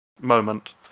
moment